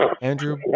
Andrew